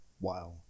Wow